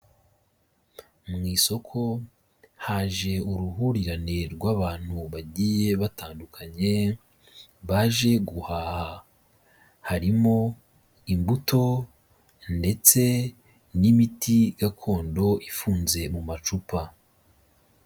Mu isoko haje uruhurirane rw'abantu bagiye batandukanye, baje guhaha. Harimo imbuto ndetse n'imiti gakondo ifunze mu macupa.